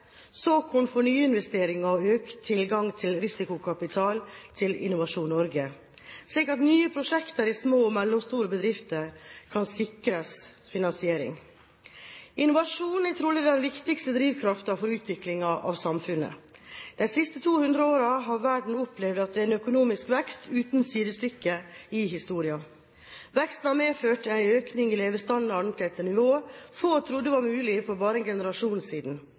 slik at nye prosjekter i små og mellomstore bedrifter kan sikres finansiering. Innovasjon er trolig den viktigste drivkraften for utviklingen av samfunnet. De siste 200 årene har verden opplevd en økonomisk vekst uten sidestykke i historien. Veksten har medført en økning i levestandard til et nivå få trodde var mulig for bare en generasjon siden.